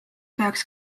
peaks